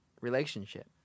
relationship